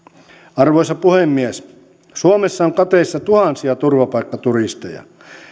arvoisa puhemies suomessa on kateissa tuhansia turvapaikkaturisteja